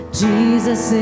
jesus